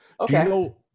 Okay